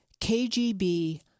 KGB